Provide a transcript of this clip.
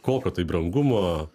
kokio tai brangumo